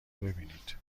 ببینید